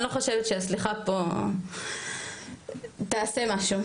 אני לא חושבת שהסליחה פה תעשה משהו.